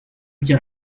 bien